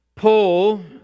Paul